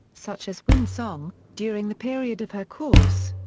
such as windsong, during the period of her course.